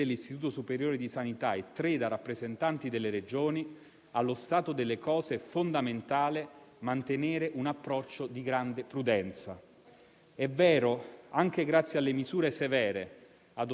È vero, anche grazie alle misure severe adottate durante le festività di Natale, il nostro tasso di incidenza in Italia è attualmente migliore rispetto a quello di numerosi altri Paesi europei,